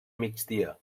migdia